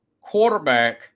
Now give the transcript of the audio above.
quarterback